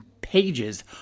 pages